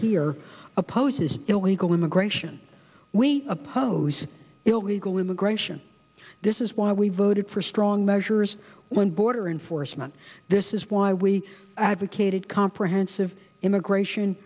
here opposes illegal immigration we oppose illegal immigration this is why we voted for strong measures when border enforcement this is why we advocated comprehensive immigration